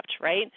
right